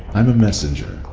i'm a messenger.